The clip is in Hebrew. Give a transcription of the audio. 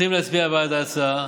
צריכים להצביע בעד ההצעה,